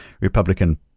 Republican